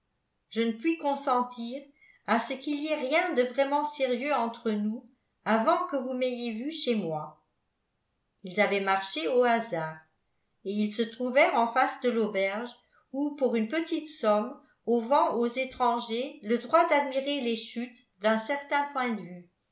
je ne puis consentir à ce qu'il y ait rien de vraiment sérieux entre nous avant que vous m'ayez vue chez moi ils avaient marché au hasard et ils se trouvèrent en face de l'auberge où pour une petite somme on vend aux étrangers le droit d'admirer les chutes d'un certain point de vue